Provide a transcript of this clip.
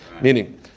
Meaning